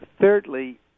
Thirdly